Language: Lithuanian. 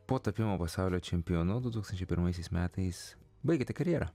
po tapimo pasaulio čempionu du tūkstančiai pirmaisiais metais baigėte karjerą